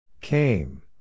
Came